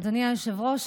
אדוני היושב-ראש,